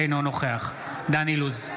אינו נוכח דן אילוז,